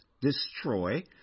destroy